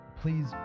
please